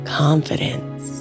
confidence